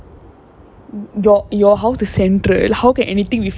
your house is central how the central how can anything be far away from you